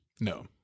No